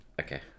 Okay